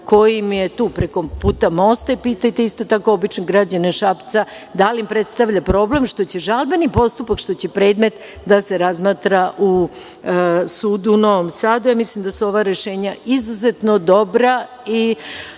koji im je tu preko puta mosta i pitajte isto tako obične građane Šapca, da li im predstavlja problem što će žalbeni postupak, što će predmet da se razmatra u sudu u Novom Sadu. Mislim da su ova rešenja izuzetno dobra i